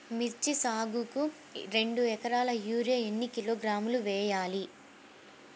మిర్చి సాగుకు రెండు ఏకరాలకు యూరియా ఏన్ని కిలోగ్రాములు వేయాలి?